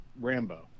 Rambo